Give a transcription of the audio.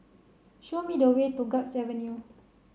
show me the way to Guards Avenue